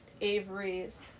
Avery's